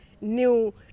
new